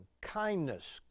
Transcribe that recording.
kindness